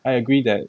I agree that